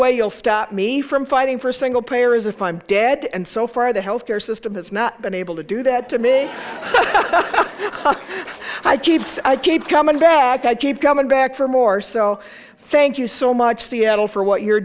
way you'll stop me from fighting for a single payer is if i'm dead and so far the health care system has not been able to do that to me but i keeps i keep coming back i keep coming back for more so thank you so much seattle for what you're